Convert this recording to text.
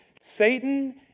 Satan